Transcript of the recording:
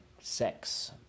Sex